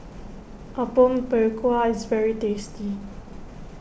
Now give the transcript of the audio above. Apom Berkuah is very tasty